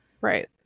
Right